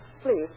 Please